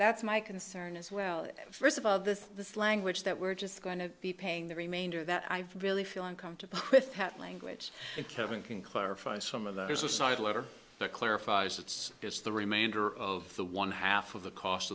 that's my concern as well first of all this this language that we're just going to be paying the remainder that i've really feel uncomfortable with that language and kevin can clarify some of the there's a side letter that clarifies it's is the remainder of the one half of the cost